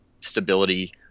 stability